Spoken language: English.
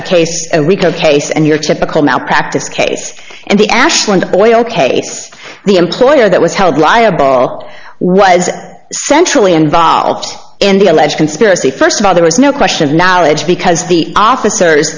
case and your typical malpractise case and the ashland oil case the employer that was held liable was centrally involved in the alleged conspiracy first of all there was no question of knowledge because the officer